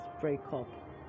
breakup